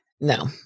no